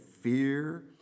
fear